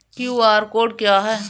QR code क्या है?